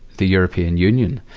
the european union.